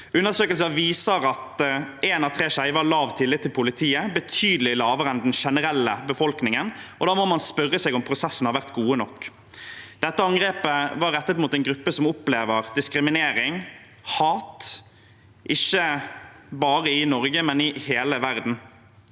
Undersøkelser viser at én av tre skeive har lav tillit til politiet, betydelig lavere enn den generelle befolkningen, og da må man spørre seg om prosessene har vært gode nok. Dette angrepet var rettet mot en gruppe som opplever diskriminering og hat, ikke bare i Norge, men i hele verden.